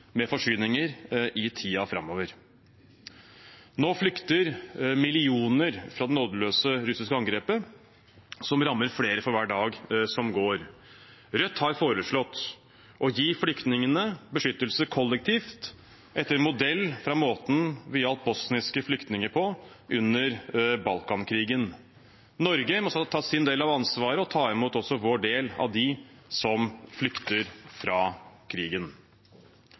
med forsyninger i tiden framover. Nå flykter millioner fra det nådeløse russiske angrepet, som rammer flere for hver dag som går. Rødt har foreslått å gi flyktningene beskyttelse kollektivt, etter modell fra måten vi hjalp bosniske flyktninger på under Balkankrigen. Norge må ta sin del av ansvaret og ta imot også vår del av dem som flykter fra krigen.